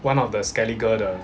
one of the scaliger 的